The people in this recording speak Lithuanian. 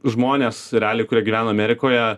žmonės realiai kurie gyveno amerikoje